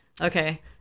Okay